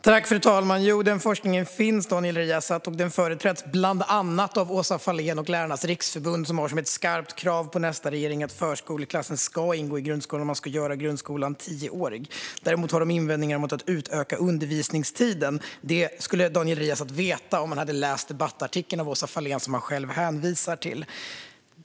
Fru talman! Jo, Daniel Riazat, den forskningen finns, och den företräds av bland andra Åsa Fahlén och Lärarnas Riksförbund, som har som ett skarpt krav på nästa regering att förskoleklassen ska ingå i grundskolan och att grundskolan ska göras tioårig. Däremot har de invändningar mot att utöka undervisningstiden. Detta skulle Daniel Riazat veta om han hade läst den debattartikel av Åsa Fahlén som han själv hänvisade till.